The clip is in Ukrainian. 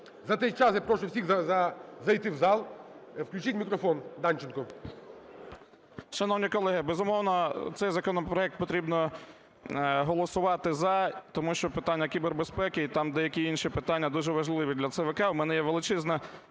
За цей час я прошу всіх зайти в зал. Включіть мікрофон Данченку. 11:15:07 ДАНЧЕНКО О.І. Шановні колеги, безумовно, цей законопроект потрібно голосувати "за", тому що питання кібербезпеки і там деякі інші питання дуже важливі для ЦВК. В мене є величезне